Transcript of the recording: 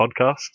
podcast